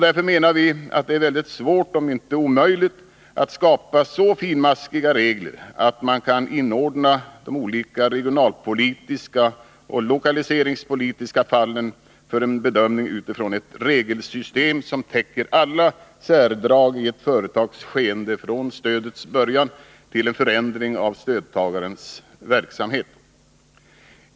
Därför menar vi att det är väldigt svårt om inte omöjligt att skapa så finmaskiga regler, att man kan inordna de olika regionalpolitiska och lokaliseringspolitiska fallen för en bedömning utifrån ett regelsystem som täcker alla särdrag i ett företags skeende från stödets början till en förändring av stödtagarnas verksamhet.